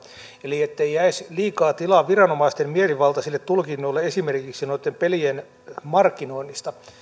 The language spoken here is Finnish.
eli ettei jäisi liikaa tilaa viranomaisten mielivaltaisille tulkinnoille esimerkiksi noitten pelien markkinoinnista